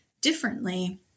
differently